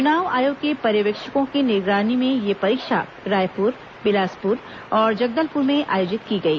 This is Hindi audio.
चुनाव आयोग के पर्यवेक्षकों की निगरानी में यह परीक्षा रायपुर बिलासपुर और जगदलपुर में आयोजित की गई